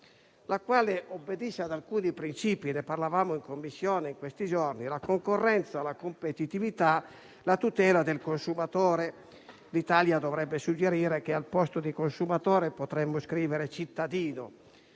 la quale obbedisce ad alcuni principi - ne parlavamo in Commissione in questi giorni - quali la concorrenza, la competitività, la tutela del consumatore. L'Italia dovrebbe suggerire che al posto di "consumatore" potremmo scrivere "cittadino";